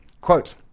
Quote